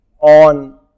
on